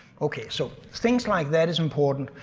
okay, so things like that is important,